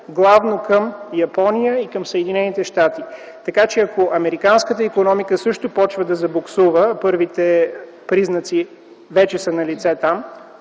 главно към Япония и към Съединените щати. Ако американската икономика също почва да забуксува – там първите признаци вече са налице,